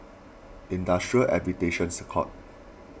Industrial Arbitrations Court